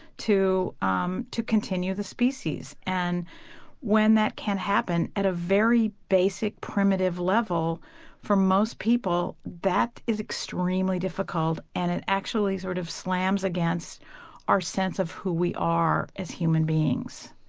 to um to continue the species and when that can happen at a very basic primitive level level for most people, that is extremely difficult and it actually sort of slams against our sense of who we are as human beings.